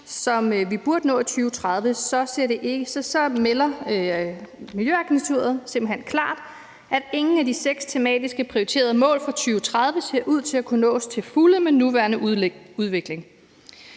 som vi burde nå i 2030, så melder Miljøagenturet simpelt hen klart ud, at ingen af de seks tematiske prioriterede mål for 2030 ser ud til at kunne nås til fulde med den nuværende udvikling.